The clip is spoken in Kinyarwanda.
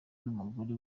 n’umugore